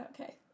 Okay